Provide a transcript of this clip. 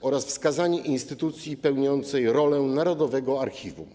oraz wskazanie instytucji pełniącej rolę narodowego archiwum.